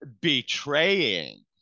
betraying